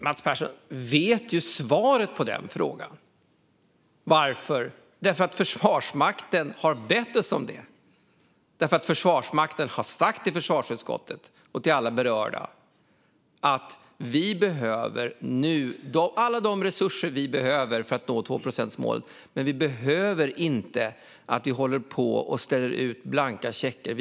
Fru talman! Mats Persson vet svaret på den frågan: Det är för att Försvarsmakten har bett oss om det. Försvarsmakten har sagt till försvarsutskottet och alla berörda att de behöver alla resurser för att nå tvåprocentsmålet men att de inte behöver att vi håller på och ställer ut blanka checkar.